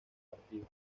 partido